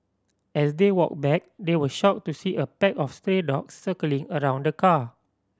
as they walked back they were shocked to see a pack of stray dogs circling around the car